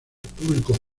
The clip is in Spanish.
público